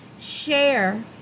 share